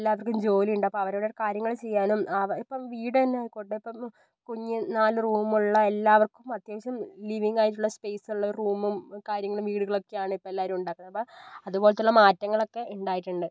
എല്ലാവർക്കും ജോലിയുണ്ട് അപ്പം അവരുടെ കാര്യങ്ങൾ ചെയ്യാനും അവ ഇപ്പം വീട് തന്നെ ആയിക്കോട്ടെ ഇപ്പം കുഞ്ഞ് നാല് റൂമ് ഉള്ള എല്ലാവർക്കും അത്യാവശ്യം ലീവിങ് ആയിട്ടുള്ള സ്പേസ് ഉള്ള ഒരു റൂമും കാര്യങ്ങളും വീടുകളും ഒക്കെയാണ് ഇപ്പം എല്ലാവരും ഉണ്ടാക്കുന്നത് അപ്പം അതുപോലത്തെ ഉള്ള മാറ്റങ്ങളൊക്കെ ഉണ്ടായിട്ടുണ്ട്